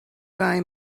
buy